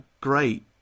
great